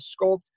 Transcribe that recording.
sculpt